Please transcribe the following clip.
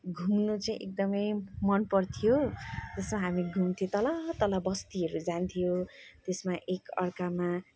घुम्नु चाहिँ एकदमै मनपर्थ्यो यसो हामी घुम्थ्यौँ तल तल बस्तीहरू जान्थ्यौँ त्यसमा एकाअर्कामा